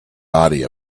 body